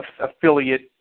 affiliate